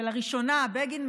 בגין,